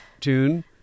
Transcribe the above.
tune